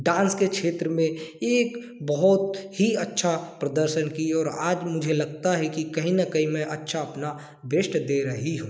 dance के क्षेत्र में एक बहुत ही अच्छा प्रदर्शन की और आज मुझे लगता है की कहीं ना कहीं मैं अच्छा अपना बेस्ट दे रही हूँ